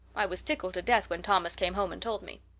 i was tickled to death when thomas came home and told me.